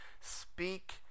speak